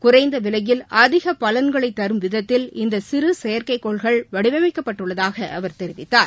குறைந்த விலையில் அதிக பலன்களைத் தரும் விதத்தில் இந்த சிறு செயற்கைக் கோள்கள் வடிவமைக்கப்பட்டுள்ளதாக அவர் தெரிவித்தார்